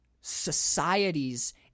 societies